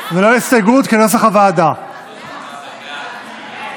ועל כן אנחנו מצביעים על פי נוסח הוועדה בקריאה שנייה.